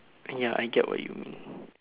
ya I get what you mean